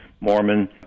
Mormon